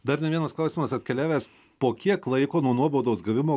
dar vienas klausimas atkeliavęs po kiek laiko nuo nuobaudos gavimo